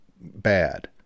bad